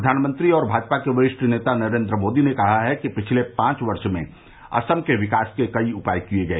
प्रधानमंत्री और भाजपा के वरिष्ठ नेता नरेन्द्र मोदी ने कहा है कि पिछले पांच वर्ष में असम में विकास के कई उपाय किये गए